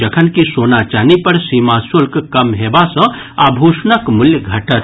जखनकि सोना चानी पर सीमा शुल्क कम हेबा सॅ आभूषणक मूल्य घटत